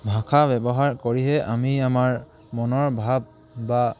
ভাষা ব্যৱহাৰ কৰিহে আমি আমাৰ মনৰ ভাৱ বা